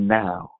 now